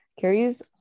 carries